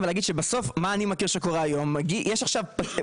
בסוף מה אני מכיר שקורה היום יש אדם